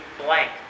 blank